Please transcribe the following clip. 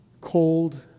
Cold